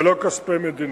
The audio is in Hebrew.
זה לא כספי המדינה.